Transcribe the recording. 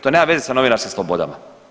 To nema veze sa novinarskim slobodama.